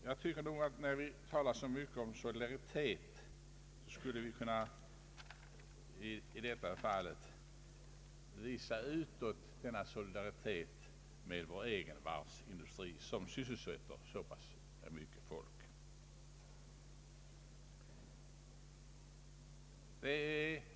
Jag tycker nog att när vi så mycket talar om solidaritet bör vi i detta fall kunna visa utåt solidaritet med vår egen varvsindustri som sysselsätter så mycket folk.